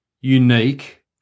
unique